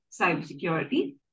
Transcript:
cybersecurity